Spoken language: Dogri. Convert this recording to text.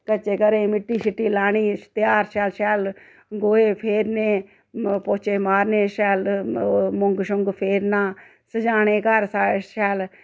कच्चे घरें मिट्टी शिट्टी लानी ध्यार श्यार शैल गोहे फेरने पौचे मारने शैल ओह् मोंग शोंग फेरना सजाने घर शैल